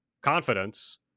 confidence